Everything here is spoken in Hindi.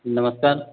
नमस्कार